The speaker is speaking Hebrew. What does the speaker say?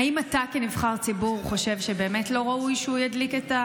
האם אתה כנבחר ציבור חושב שבאמת לא ראוי שהוא ידליק את,